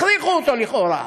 הכריחו אותה, לכאורה,